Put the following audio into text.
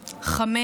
5,